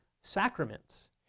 sacraments